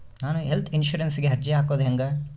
ನಾನು ಹೆಲ್ತ್ ಇನ್ಸುರೆನ್ಸಿಗೆ ಅರ್ಜಿ ಹಾಕದು ಹೆಂಗ?